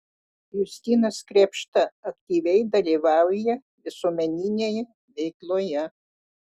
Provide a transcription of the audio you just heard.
justinas krėpšta aktyviai dalyvauja visuomeninėje veikloje